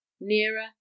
Nearer